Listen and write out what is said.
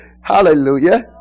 hallelujah